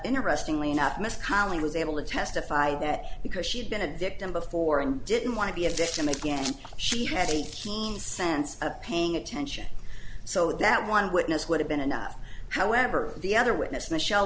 interestingly enough miss cali was able to testify that because she had been addicted before and didn't want to be a again victim she had a keen sense of paying attention so that one witness would have been enough however the other witness michelle